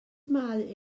mae